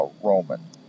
Roman